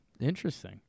Interesting